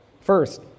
first